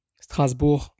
Strasbourg